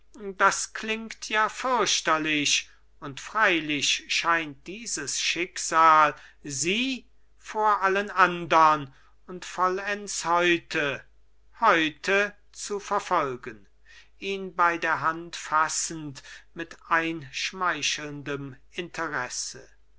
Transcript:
das klingt ja fürchterlich und freilich scheint dieses schicksal sie vor allen andern und vollends heute heute zu verfolgen ihn bei der hand fassend mit einschmeichelndem interesse